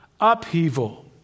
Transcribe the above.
upheaval